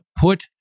put